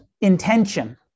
intention